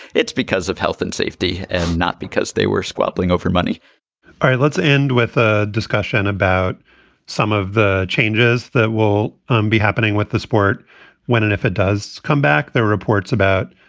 it's because of health and safety and not because they were squabbling over money all right. let's end with a discussion about some of the changes that will um be happening with the sport when it if it does come back. there are reports about